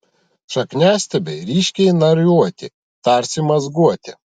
šakniastiebiai ryškiai nariuoti tarsi mazguoti